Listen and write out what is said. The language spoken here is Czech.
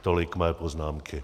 Tolik mé poznámky.